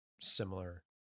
similar